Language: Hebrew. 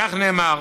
כך נאמר: